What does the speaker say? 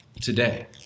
today